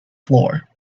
floor